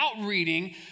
reading